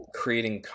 creating